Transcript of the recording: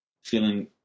feeling